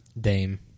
Dame